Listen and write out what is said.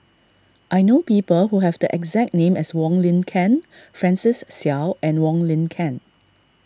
I know people who have the exact name as Wong Lin Ken Francis Seow and Wong Lin Ken